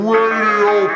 Radio